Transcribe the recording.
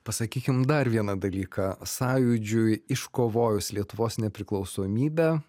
pasakykim dar vieną dalyką sąjūdžiui iškovojus lietuvos nepriklausomybę